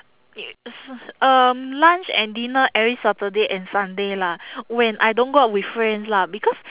s~ um lunch and dinner every saturday and sunday lah when I don't go out with friends lah because